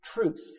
truth